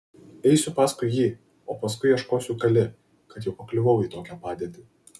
eisiu paskui jį o paskui ieškosiu kali kad jau pakliuvau į tokią padėtį